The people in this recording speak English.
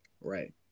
Right